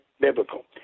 biblical